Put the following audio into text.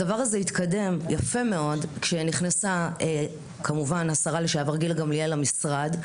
הדבר הזה התקדם יפה מאוד כשנכנסה כמובן השרה לשעבר גילה גמליאל למשרד,